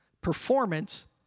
Performance